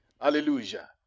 Hallelujah